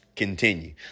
continue